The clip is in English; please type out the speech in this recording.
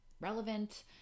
relevant